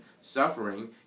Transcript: suffering